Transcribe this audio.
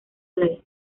play